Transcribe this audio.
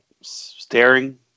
staring